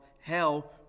hell